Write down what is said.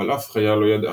אבל אף חיה לא ידעה",